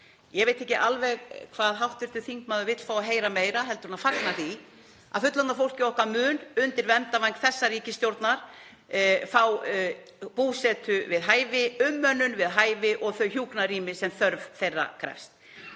Ég veit ekki alveg hvað hv. þingmaður vill fá að heyra meira heldur en að fagna því að fullorðna fólkið okkar mun undir verndarvæng þessarar ríkisstjórnar fá búsetu við hæfi, umönnun við hæfi og þau hjúkrunarrými sem þörf þeirra krefst.